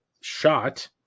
shot